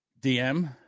DM